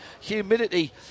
humidity